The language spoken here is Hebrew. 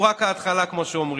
היו פה חברי אופוזיציה שעלו ואמרו: